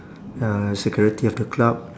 ya security of the club